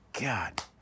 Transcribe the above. God